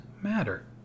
matter